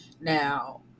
Now